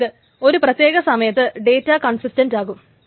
അതായത് ഒരു പ്രത്യേക സമയത്ത് ഡേറ്റ കൺസിസ്റ്റൻറ്റ് ആകും